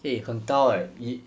eh 很高 eh 以